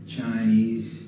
Chinese